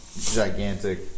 gigantic